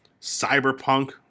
cyberpunk